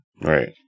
Right